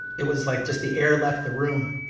it was like just the air left the room.